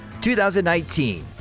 2019